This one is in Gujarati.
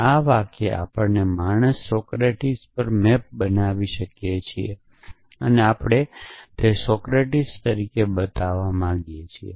આ વાક્ય આપણે માણસને સોક્રેટીક પર મૅપ બનાવી શકીએ છીએ અને આપણે તે સોક્રેટીક બતાવવા માંગીએ છીએ